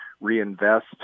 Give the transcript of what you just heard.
reinvest